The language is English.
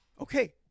Okay